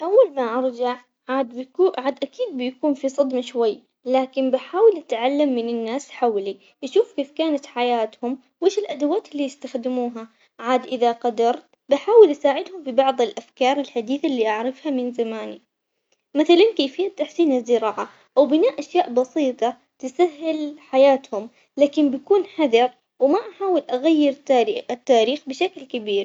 أول ما أرجع عاد بكو- عاد أكيد بيكون في صدمة شوية، لكن بحاول أتعلم من ناس حولي يشوف كيف كانت حياتهم وإيش الأدوات اللي يستخدموها، عاد إذا قدرت بحاول أساعدهم ببعض الأفكار الحديثة اللي أعرفها من زماني، مثلا كيفية تحسين الزراعة أو بناء أشياء بسيطة تسهل حياتهم لكن بكون حذر وما أحاول أغير تاري- التاريخ بشكل كبير.